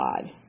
God